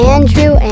Andrew